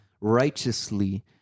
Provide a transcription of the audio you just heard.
righteously